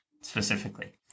specifically